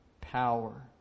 power